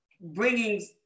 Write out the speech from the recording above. bringing